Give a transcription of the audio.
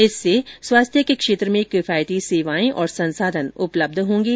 इससे स्वास्थ्य के क्षेत्र में किफायती सेवाएं और संसाधन उपलब्ध होंगे